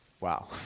Wow